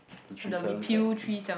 the three seven seven ah